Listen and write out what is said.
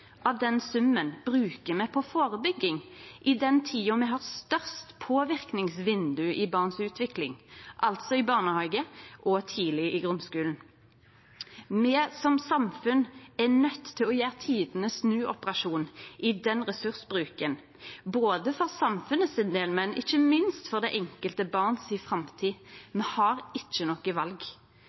Av den summen bruker me 0,14 pst. på førebygging i den tida me har størst påverknadsvindauge i utviklinga til barn, altså i barnehagen og tidleg i grunnskulen. Me som samfunn er nøydde til å gjere tidenes snuoperasjon i den ressursbruken, både for samfunnet og ikkje minst for framtida til det enkelte barnet. Me har ikkje noko val.